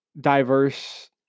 diverse